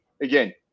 again